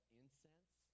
incense